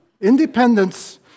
independence